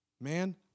man